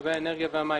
לגבי האנרגיה והמים.